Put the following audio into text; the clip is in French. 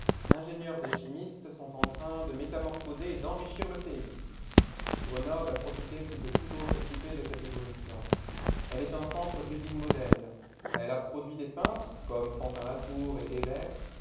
ingénieurs et chimistes sont en train de métamorphoser et d'enrichir le pays grenoble a profité plus que toute autre cité de cette évolution elle est un centre d'usines modèles elle a produit des peintres comme fantin latour et hébert